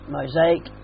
Mosaic